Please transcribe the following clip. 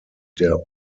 der